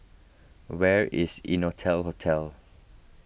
where is Innotel Hotel